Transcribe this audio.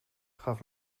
gaf